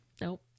Nope